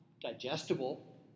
digestible